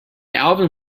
alvin